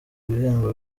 ibihembo